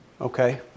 okay